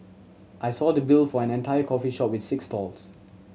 I saw the bill for an entire coffee shop with six stalls